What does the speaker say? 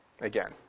again